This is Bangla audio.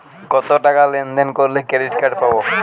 কতটাকা লেনদেন করলে ক্রেডিট কার্ড পাব?